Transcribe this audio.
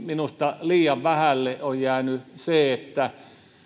minusta liian vähälle on jäänyt se että